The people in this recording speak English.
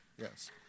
yes